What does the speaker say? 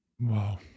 Wow